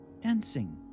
dancing